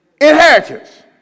inheritance